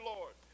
Lord